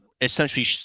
essentially